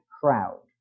crowd